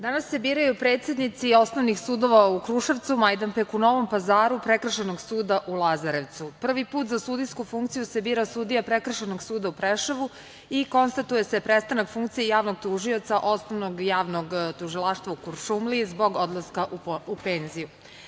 Danas se biraju predsednici osnovnih sudova u Kruševcu, Majdanpeku, Novom Pazaru, Prekršajnog suda u Lazarevcu, prvi put za sudijsku funkciju se bira sudija Prekršajnog suda u Preševu i konstatuje se prestanak funkcije javnog tužioca Osnovnog javnog tužilaštva u Kuršumliji zbog odlaska u penziju.